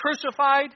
crucified